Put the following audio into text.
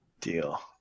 deal